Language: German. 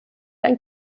ein